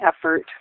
effort